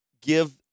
give